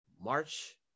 march